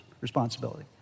responsibility